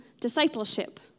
discipleship